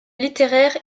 littéraires